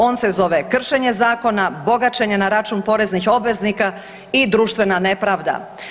On se zove kršenje zakona, bogaćenje na račun poreznih obveznika i društvena nepravda.